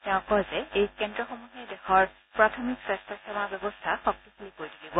তেওঁ কয় যে এই কেন্দ্ৰসমূহে দেশৰ প্ৰাথমিক স্বাস্য সেৱা ব্যৱস্থা শক্তিশালী কৰি তুলিব